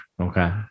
okay